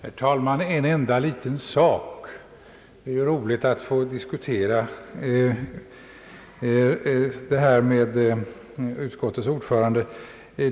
Herr talman! En enda liten sak! Det är roligt att få diskutera denna fråga med utskottets ordförande.